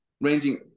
ranging